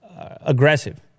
aggressive